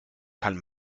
kann